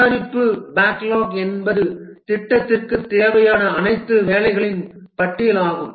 தயாரிப்பு பேக்லாக் என்பது திட்டத்திற்கு தேவையான அனைத்து வேலைகளின் பட்டியலாகும்